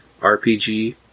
RPG